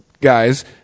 guys